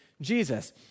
Jesus